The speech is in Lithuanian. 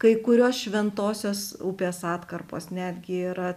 kai kurios šventosios upės atkarpos netgi yra